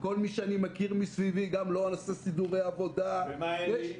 כל מי שאני מכיר מסביבי גם לא עשה סידורי עבודה -- ומה אין לי?